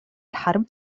الحرب